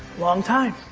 long time.